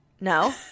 No